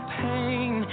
pain